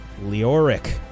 Leoric